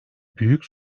büyük